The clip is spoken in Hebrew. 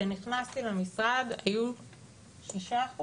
כשנכנסתי למשרד היו 6%,